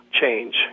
change